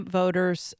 voters